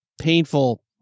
painful